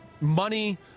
money